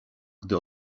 gdy